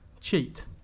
cheat